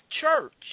church